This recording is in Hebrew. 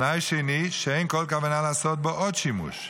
תנאי שני: שאין כל כוונה לעשות בו עוד שימוש,